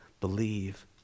believe